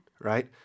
right